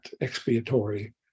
expiatory